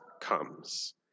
comes